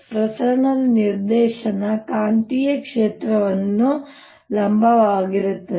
ಪ್ರಸರಣ ನಿರ್ದೇಶನ ಕಾಂತೀಯ ಕ್ಷೇತ್ರವು ಲಂಬವಾಗಿರುತ್ತದೆ